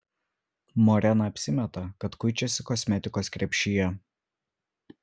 morena apsimeta kad kuičiasi kosmetikos krepšyje